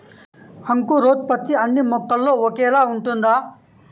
అంకురోత్పత్తి అన్నీ మొక్కలో ఒకేలా ఉంటుందా?